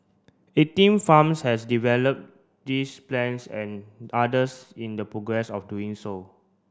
eighteen farms has developed these plans and others in the progress of doing so